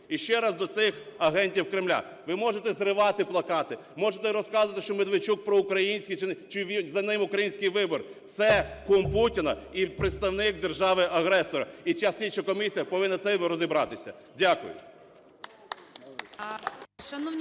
І ще раз до цих агентів Кремля: ви можете зривати плакати, можете розказувати, що Медведчук проукраїнський чи за ним "Український вибір" – це кум Путіна і представник держави-агресора, і ця слідча комісія повинна в цьому розібратися. Дякую.